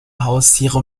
haustiere